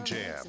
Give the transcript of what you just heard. Jam